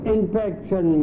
Infection